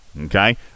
Okay